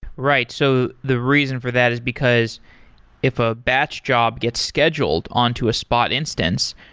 right. so the reason for that is because if a batch job gets scheduled on to a spot instance,